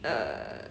uh